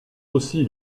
aussi